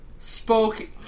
spoke